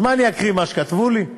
אז מה אני אקריא, מה שכתבו לי?